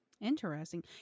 Interesting